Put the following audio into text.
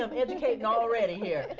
um educating already here.